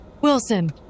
Wilson